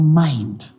mind